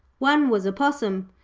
one was a possum,